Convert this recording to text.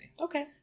Okay